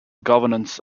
governance